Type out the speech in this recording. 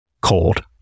Cold